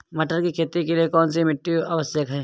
मटर की खेती के लिए कौन सी मिट्टी आवश्यक है?